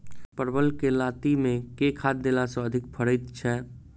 परवल केँ लाती मे केँ खाद्य देला सँ अधिक फरैत छै?